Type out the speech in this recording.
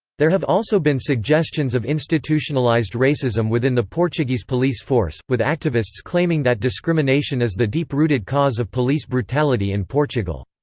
there have also been suggestions of institutionalised racism within the portuguese police force, with activists claiming that discrimination is the deep-rooted cause of police brutality in portugal.